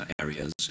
areas